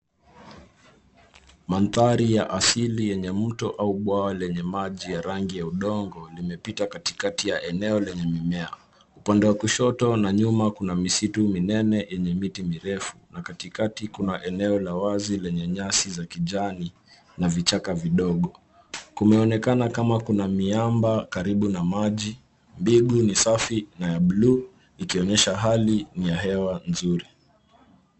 Mandhari ya asili yenye mto au bwawa lenye maji ya rangi ya udongo, limepita katikati ya eneo lenye mimea. Upande wa kushoto na nyuma kuna misitu minene yenye miti mirefu na katikati kuna eneo la wazi lenye nyasi za kijani na vichaka vidogo. Kumeonekana kama kuna miamba karibu na maji, mbingu ni safi na ya buluu ikionyesha hali ya hewa nzuri.